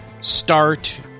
Start